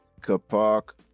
kapok